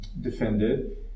defended